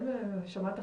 ששמעתם,